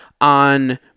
on